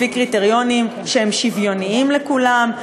לפי קריטריונים שהם שוויוניים לכולם.